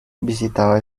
visitaba